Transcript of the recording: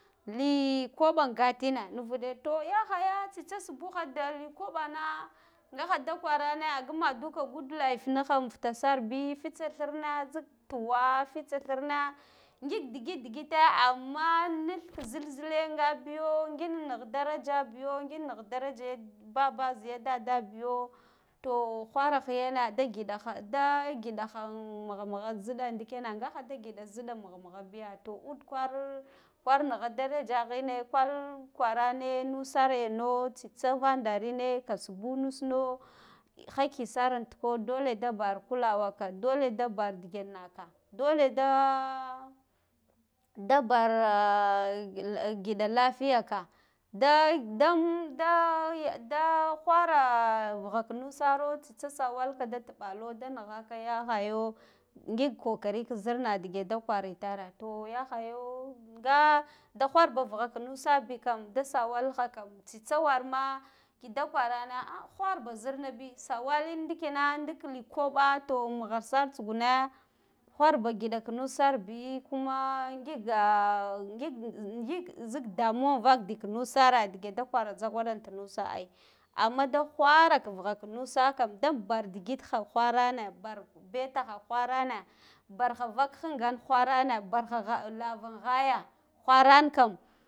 Likaɓa ngatina nuvude to yahaya tsitsa sbua da li koɓana ngaha da kwarane a syu maduka good life niha anfuta sarb fitsa thirna zik tuwa fitsa thirna ngig digid digit amma nith kik zin zile ngabi yo ngin nigh daraja biyo ngin nigha daraja ya baba ziya dadabiyo to wharaha yena da giɗahada gidaha amm mugh mugha ziɗa ndikena ngaha da gida ziɗa amm mugh mughabiya to ud kwar, kwar nigha darejaghine kwal kwarane nusar eno tsitsa vandanne ka sbu nusno hakkisar tika dale da bar kula waka dala da bar digen naka dale da bava gida lafiya ka da, dam, da, da whara vugha ka nusaro tsitsa sawalka da tiɓalo da nigha ka yahaya ngig kokari ka zirna dige da kwara itare to yahayo nga da loharba vughga ka nusa bikam da sawaha kam tsitsa warma kida kwarane a wharba zirnabi sawalin ndikina dik di kwaɓa to mugha sar tsuguna wharba giɗa ka nus sarbi kuma ngiga ngik, ngik, zik damu an vak di knus sare dige da kwara jhagwada an ta nusa ai amma da whjara la vugha ka nusa kam dan bar digidha whaane bar betaha eharane barha vak hingan wharane barha gha barha lavan in ghaga wharan kam